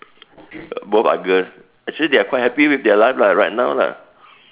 both are girls actually they are quite happy with their life lah right now lah